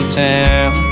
town